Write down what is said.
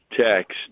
text